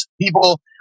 People